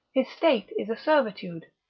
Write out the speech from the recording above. his state is a servitude.